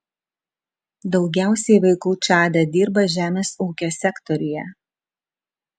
daugiausiai vaikų čade dirba žemės ūkio sektoriuje